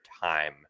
time